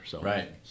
Right